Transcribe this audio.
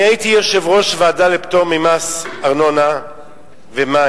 אני הייתי יושב-ראש ועדה לפטור ממס ארנונה ומים.